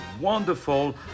wonderful